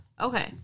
Okay